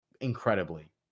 incredibly